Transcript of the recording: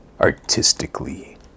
artistically